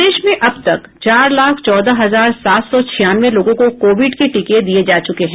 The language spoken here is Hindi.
प्रदेश में अब तक चार लाख चौदह हजार सात सौ छियानवे लोगों को कोविड के टीके दिये जा चूके हैं